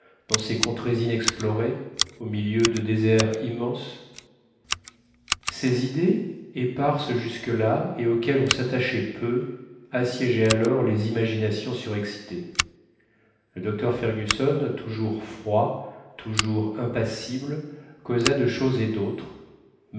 dans ces contrées inexplorées au milieu de déserts immenses ces idées éparses jusque-là et auxquelles on s'attachait peu assiégeaient alors les imaginations surexcitées le docteur fergusson toujours froid toujours impassible causa de choses et d'autres